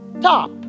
top